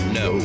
no